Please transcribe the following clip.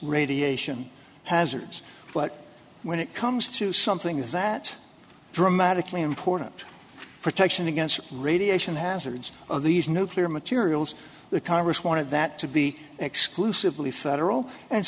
radiation hazards but when it comes to something that dramatically important protection against radiation hazards of these nuclear materials the congress wanted that to be exclusively federal and